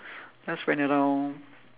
just went around